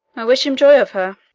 i wish him joy of her.